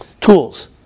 tools